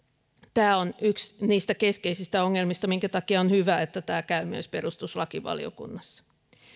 tämä on yksi niistä keskeisistä ongelmista minkä takia on hyvä että tämä käy myös perustuslakivaliokunnassa